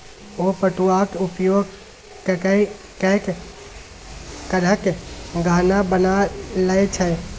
ओ पटुआक उपयोग ककए कैक तरहक गहना बना लए छै